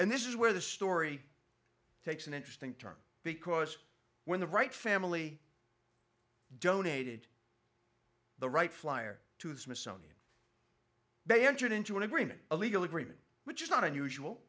and this is where the story takes an interesting turn because when the right family donated the right flyer to the smithsonian they entered into an agreement a legal agreement which is not unusual